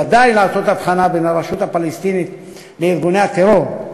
ודאי לעשות הבחנה בין הרשות הפלסטינית לארגוני הטרור.